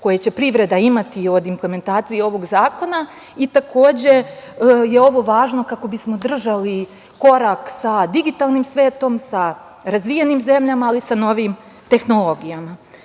koje će privreda imati od implementacije ovog zakona i takođe je ovo važno kako bismo držali korak sa digitalnim svetom, sa razvijenim zemljama, ali i sa novim tehnologijama,